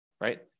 right